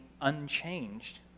unchanged